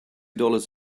dollars